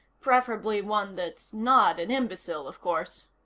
preferably one that's not an imbecile, of course.